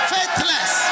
Faithless